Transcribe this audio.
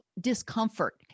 discomfort